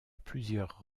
plusieurs